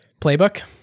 playbook